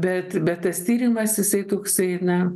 bet bet tas tyrimas jisai toksai na